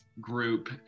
group